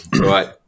Right